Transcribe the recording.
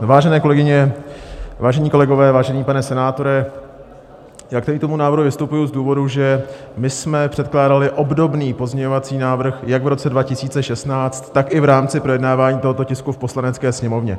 Vážené kolegyně, vážení kolegové, vážený pane senátore, k návrhu vystupuji z důvodu, že jsme předkládali obdobný pozměňovací návrh jak v roce 2016, tak i v rámci projednávání tohoto tisku v Poslanecké sněmovně.